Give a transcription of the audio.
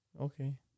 Okay